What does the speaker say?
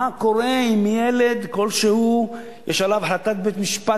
מה קורה אם לגבי ילד כלשהו יש החלטת בית-משפט